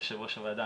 יושבת ראש הוועדה,